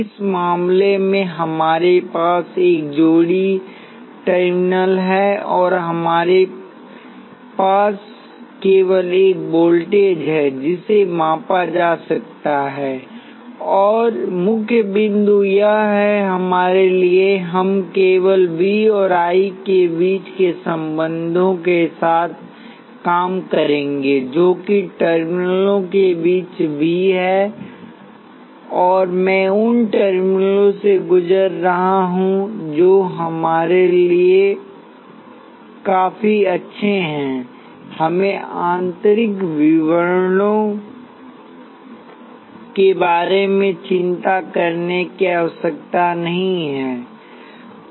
इस मामले में हमारे पास केवल एक जोड़ी टर्मिनल है और हमारे पास केवल एक वोल्टेज है जिसे मापा जा सकता है और मुख्य बिंदु यह है कि हमारे लिए हम केवल V और I के बीच के संबंधों के साथ काम करेंगे जो कि टर्मिनलों के बीच V है और मैं उन टर्मिनलों से गुजर रहा हूं जो हमारे लिए काफी अच्छे हैं हमें आंतरिक विवरणों के बारे में चिंता करने की आवश्यकता नहीं है